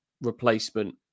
replacement